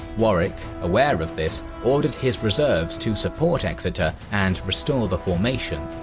warwick, aware of this, ordered his reserves to support exeter and restore the formation,